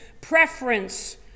preference